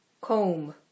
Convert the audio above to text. Comb